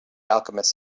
alchemist